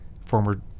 Former